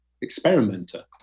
experimenter